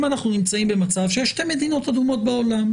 אם אנחנו נמצאים במצב שיש שתי מדינות אדומות בעולם,